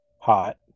Hot